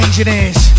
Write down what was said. Engineers